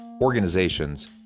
organizations